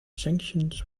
sanctions